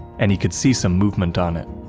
and he could see some movement on it.